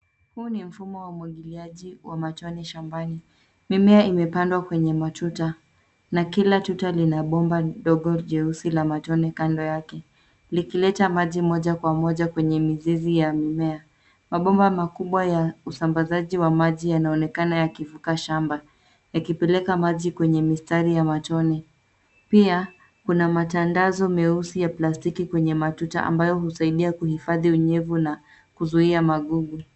Huu ni mfumo wa umwagiliaji wa matone shambani. Mimea imepandwa kwenye matuta na kila tuta lina bomba ndogo jeusi la matone kando yake likileta maji moka kwa moja kwenye mizizi ya mimea. Mabomba makubwa ya usambazaji wa maji yanaonekana yakivuka shamba yakipeleka maji kwenye mistari ya matone. Pia kuna matandazo meusi ya plastiki kwenye matuta ambayo husaidia kuifadhi unyevu na kuzuia magugu.